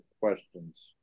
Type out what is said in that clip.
questions